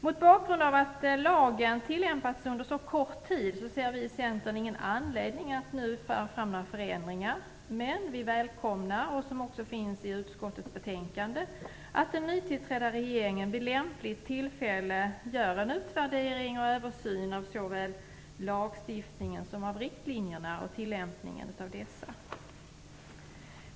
Mot bakgrund av att lagen tillämpats under så kort tid ser vi i Centern ingen anledning att nu föra fram några förslag om förändringar. Men vi välkomnar - vilket också står att läsa i betänkandet - att den nytillträdda regeringen vid lämpligt tillfälle gör en översyn och utvärdering av såväl lagstiftningen som riktlinjerna och tillämpningen av dessa.